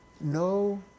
No